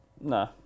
Nah